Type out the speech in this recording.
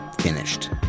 finished